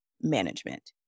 management